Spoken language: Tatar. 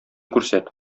күрсәт